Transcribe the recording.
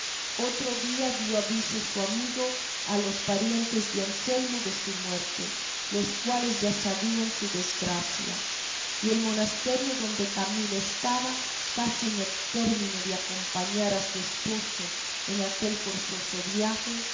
otro día dio aviso su amigo a los parientes de anselmo de su muerte los cuales ya sabían su desgracia y el monesterio donde camila estaba casi en el término de acompañar a su esposo en aquel forzoso viaje no